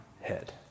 head